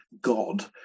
God